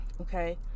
okay